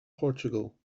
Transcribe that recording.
portugal